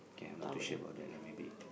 ya I'm not too sure about that lah maybe